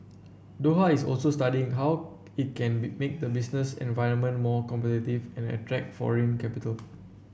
Doha is also studying how it can be make the business environment more competitive and attract foreign capital